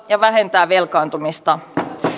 ja vähentää velkaantumista